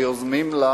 היוזמים שלה